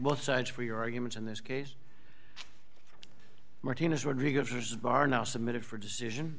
both sides for your arguments in this case martinez rodriguez was barnow submitted for decision